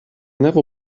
never